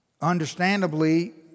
understandably